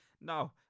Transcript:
No